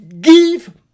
give